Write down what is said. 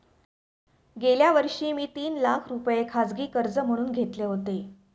गेल्या वर्षी मी तीन लाख रुपये खाजगी कर्ज म्हणून घेतले होते